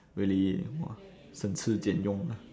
really !wah! 省吃俭用 lah